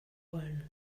wollen